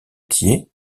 thiers